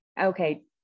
okay